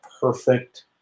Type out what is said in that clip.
perfect